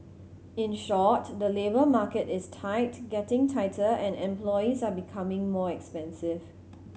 in short the labour market is tight getting tighter and employees are becoming more expensive